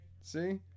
See